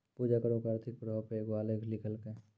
पूजा करो के आर्थिक प्रभाव पे एगो आलेख लिखलकै